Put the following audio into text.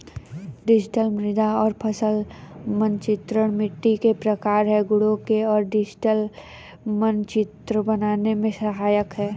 digital मृदा और फसल मानचित्रण मिट्टी के प्रकार और गुणों के लिए डिजिटल मानचित्र बनाने में सहायक है